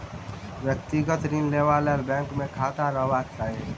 व्यक्तिगत ऋण लेबा लेल बैंक मे खाता रहबाक चाही